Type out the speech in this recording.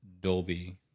Dolby